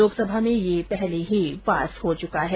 लोकसभा में यह पहले ही पारित हो चुका है